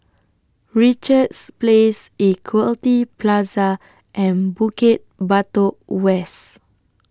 Richards Place Equity Plaza and Bukit Batok West